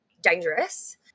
dangerous